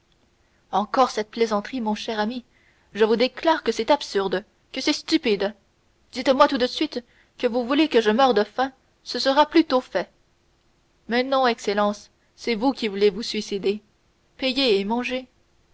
encore cette plaisanterie mon cher ami je vous déclare que c'est absurde que c'est stupide dites-moi tout de suite que vous voulez que je meure de faim ce sera plus tôt fait mais non excellence c'est vous qui voulez vous suicider payez et mangez